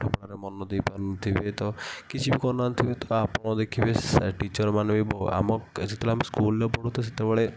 ପାଠ ପଢ଼ାରେ ମନ ଦେଇ ପାରୁନଥିବେ ତ କିଛି କରୁନଥିବେ ତ ଆପଣ ଦେଖିବେ ସେ ଟିଚର୍ ମାନେ ବି ଆମ ଯେତେବେଳେ ଆମେ ସ୍କୁଲରେ ପଢ଼ୁ ତ ସେତେବେଳେ